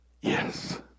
yes